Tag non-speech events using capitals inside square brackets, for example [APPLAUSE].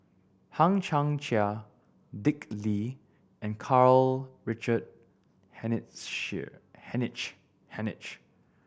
Hang Chang Chieh Dick Lee and Karl Richard [UNINTELLIGIBLE] Hanitsch Hanitsch